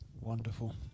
Wonderful